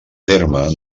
terme